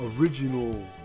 original